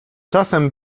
czasem